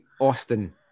Austin